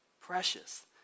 precious